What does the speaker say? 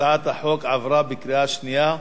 הצעת החוק עברה בקריאה שנייה.